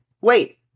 wait